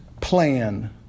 plan